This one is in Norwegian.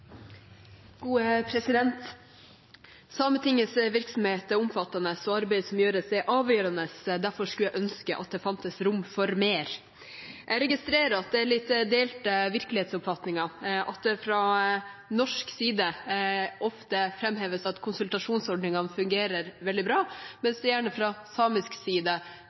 omfattende, og arbeidet som gjøres, er avgjørende. Derfor skulle jeg ønske at det fantes rom for mer. Jeg registrerer at det er litt delte virkelighetsoppfatninger, at det fra norsk side ofte framheves at konsultasjonsordningene fungerer veldig bra, mens det gjerne fra samisk side